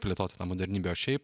plėtot modernybę o šiaip